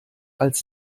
als